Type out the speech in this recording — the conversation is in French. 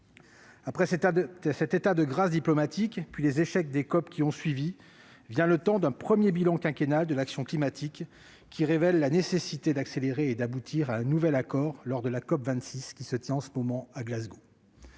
Après cet état de grâce diplomatique, puis les échecs des COP qui ont suivi, vient le temps d'un premier bilan quinquennal de l'action climatique. Ce travail révèle la nécessité d'accélérer les efforts et d'aboutir à un nouvel accord lors de la COP26 qui se tient en ce moment à Glasgow.